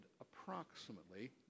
approximately